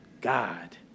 God